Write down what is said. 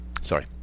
Sorry